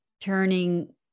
turning